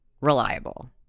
reliable